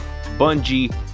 Bungie